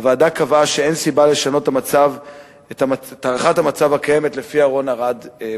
הוועדה קבעה שאין סיבה לשנות את הערכת המצב הקיימת שלפיה רון ארד בחיים.